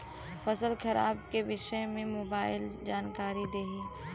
फसल खराब के विषय में मोबाइल जानकारी देही